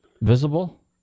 visible